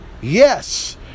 Yes